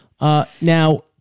Now